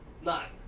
Nine